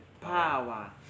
power